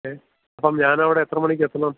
okay അപ്പം ഞാനവിടെ എത്ര മണിക്കെത്തണം